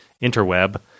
interweb